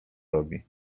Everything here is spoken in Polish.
robi